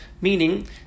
Meaning